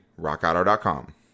rockauto.com